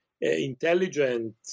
intelligent